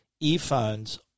earphones